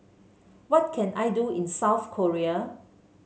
what can I do in South Korea